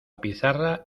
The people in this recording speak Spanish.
pizarra